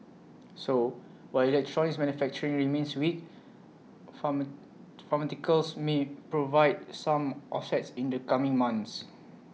so while electronics manufacturing remains weak farmer pharmaceuticals may provide some offset in the coming months